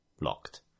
locked